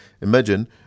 imagine